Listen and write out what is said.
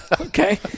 Okay